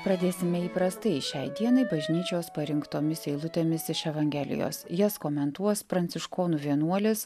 pradėsime įprastai šiai dienai bažnyčios parinktomis eilutėmis iš evangelijos jas komentuos pranciškonų vienuolis